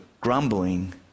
grumbling